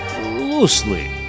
loosely